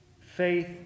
faith